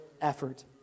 effort